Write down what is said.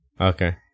okay